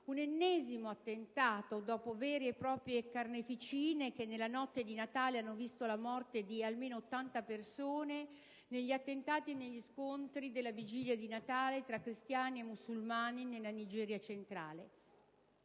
dell'ennesimo attentato, dopo le vere e proprie carneficine che nella notte di Natale hanno visto la morte di almeno 80 persone negli attentati e negli scontri tra cristiani e musulmani nella Nigeria centrale.